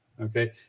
Okay